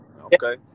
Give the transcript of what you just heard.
Okay